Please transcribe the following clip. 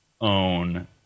own